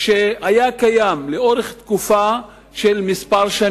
שהיה קיים לאורך כמה שנים,